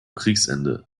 kriegsende